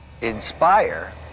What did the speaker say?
Inspire